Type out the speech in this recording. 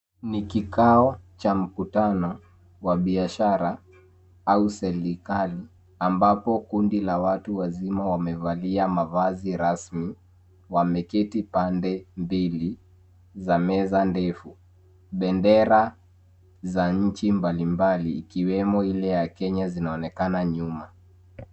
Ni kikao cha mkutano wa biashara au serikali ambapo watu wazima wamevalia mavazi rasmi. Wameketi pande mbili za meza ndefu. Bendera za nchi mbalimbali ikiwemo ile ya Kenya zinaonekana nyuma.